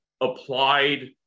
applied